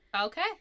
Okay